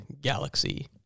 galaxy